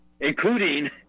including